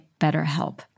BetterHelp